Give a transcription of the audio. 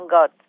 God